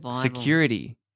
security